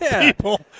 people